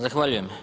Zahvaljujem.